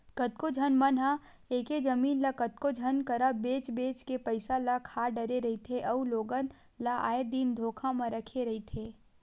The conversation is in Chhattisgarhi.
कतको झन मन ह एके जमीन ल कतको झन करा बेंच बेंच के पइसा ल खा डरे रहिथे अउ लोगन ल आए दिन धोखा म रखे रहिथे